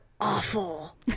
awful